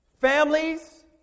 Families